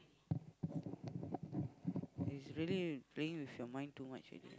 he's really playing with your mind too much already